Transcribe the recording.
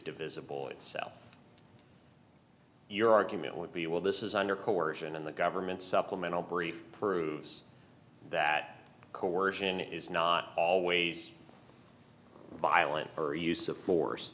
divisible itself your argument would be well this is under coercion and the government supplemental brief proves that coercion is not always violent or a use of force